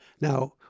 Now